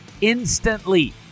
instantly